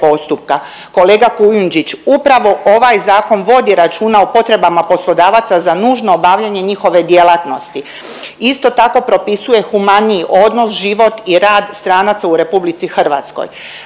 Kolega Kujundžić upravo ovaj zakon vodi računa o potrebama poslodavaca za nužno obavljanje njihove djelatnosti, isto tako propisuje humaniji odnos, život i rad stranaca u RH, vodi